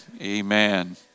Amen